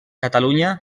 catalunya